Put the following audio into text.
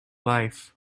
life